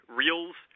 reels